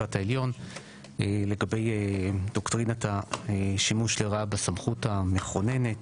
המשפט העליון לגבי דוקטרינת השימוש לרעה בסמכות המכוננת.